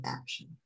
action